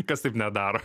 kas taip nedaro